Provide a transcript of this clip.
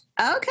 Okay